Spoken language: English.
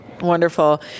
Wonderful